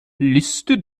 liste